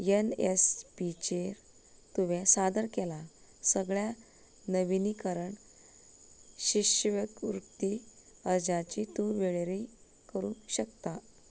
N S P चेर तुवें सादर केला सगळ्या नविनीकरण शिश्यवृत्ती अर्जांची तूं वळेरी करूंक शकता